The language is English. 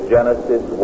Genesis